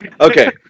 Okay